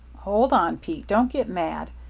hold on, pete. don't get mad.